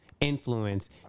influence